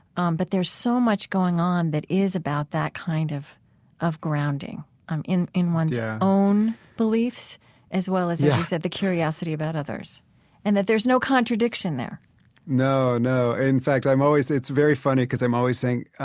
um but there's so much going on that is about that kind of of grounding in in one's yeah own beliefs as well as, as you said, the curiosity about others and that there's no contradiction there no, no. in fact, i'm always it's very funny because i'm always saying,